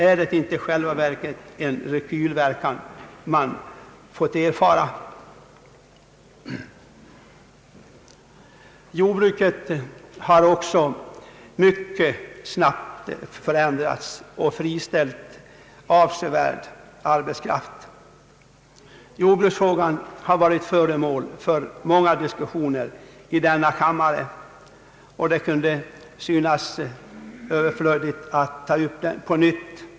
Är det inte i själva verket så att man fått en rekylverkan?» Jordbruket har också mycket snabbt förändrats och friställt arbetskraft i stor utsträckning. Jordbruksfrågan har varit föremål för många diskussioner i denna kammare, och det kan synas överflödigt att ta upp den på nytt.